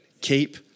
Keep